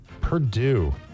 Purdue